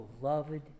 beloved